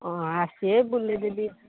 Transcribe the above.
ହଁ ଆସିବେ ବୁଲାଇ ଦେବି